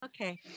Okay